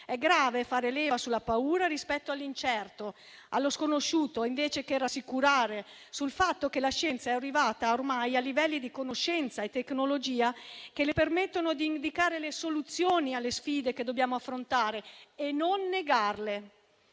È grave fare leva sulla paura rispetto all'incerto, allo sconosciuto, invece di rassicurare sul fatto che la scienza sia arrivata ormai a livelli di conoscenza e tecnologia che le permettono di indicare le soluzioni alle sfide che dobbiamo affrontare e non negarle.